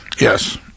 yes